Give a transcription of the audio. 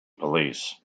police